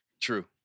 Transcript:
True